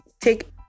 Take